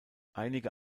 einige